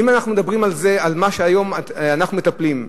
אם אנחנו מדברים על מה שהיום אנחנו מטפלים,